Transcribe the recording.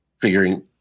figuring